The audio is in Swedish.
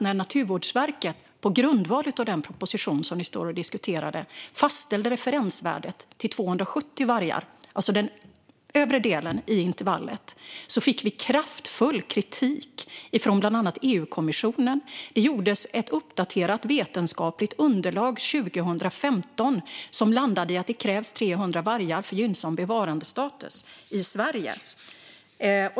När Naturvårdsverket, på grundval av den proposition som ni står och diskuterar, fastställde referensvärdet till 270 vargar, alltså den övre delen i intervallet, fick vi kraftfull kritik från bland annat EU-kommissionen. Det gjordes ett uppdaterat vetenskapligt underlag 2015, som landade i att det krävs 300 vargar för gynnsam bevarandestatus i Sverige.